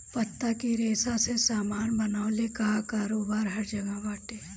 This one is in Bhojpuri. पत्ता के रेशा से सामान बनवले कअ कारोबार हर जगह बाटे